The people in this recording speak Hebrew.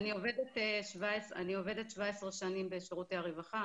אני עובדת 17 שנים בשירותי הרווחה,